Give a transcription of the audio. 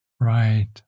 Right